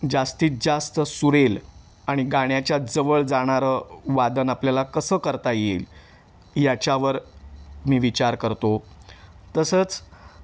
जास्तीत जास्त सुरेल आणि गाण्याच्या जवळ जाणारं वादन आपल्याला कसं करता येईल याच्यावर मी विचार करतो तसंच